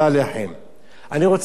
אני רוצה לומר לך, אדוני היושב-ראש,